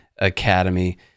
Academy